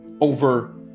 over